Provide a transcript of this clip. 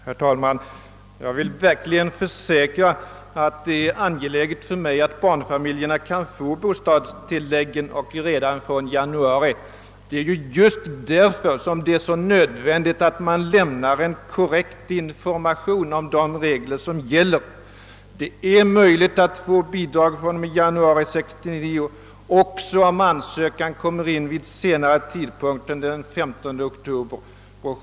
Herr talman! Jag vill verkligen försäkra att det är angeläget för mig att barnfamiljerna kan få bostadstilläggen och få dem från januari månad. Det är just därför jag finner det så nödvändigt att man lämnar en korrekt information om de regler som gäller. Det är möjligt att få bidrag fr.o.m. januari 1969 även om ansökan kommer in vid senare tidpunkt än den 15 oktober 1968.